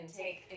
take